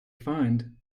find